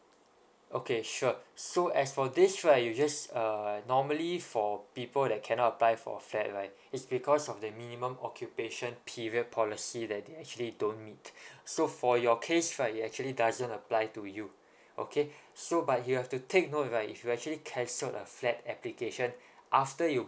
okay sure so as for this right you just uh normally for people that cannot apply for flat right it's because of the minimum occupation period policy that they actually don't meet so for your case right it actually doesn't apply to you okay so but you have to take note right if you actually cancel a flat application after you